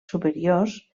superiors